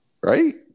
Right